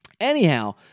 anyhow